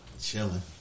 chilling